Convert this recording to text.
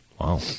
Wow